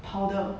powder